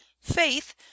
Faith